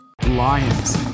Lions